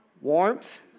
Warmth